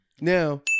Now